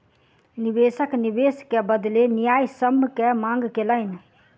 निवेशक निवेश के बदले न्यायसम्य के मांग कयलैन